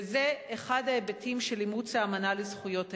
וזה אחד ההיבטים של אימוץ האמנה בדבר זכויות הילד.